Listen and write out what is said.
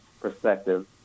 perspective